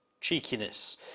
cheekiness